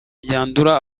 byandura